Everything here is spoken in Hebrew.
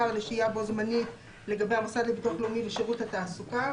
לשהייה בו זמנית לגבי המוסד לביטוח לאומי ושירות התעסוקה.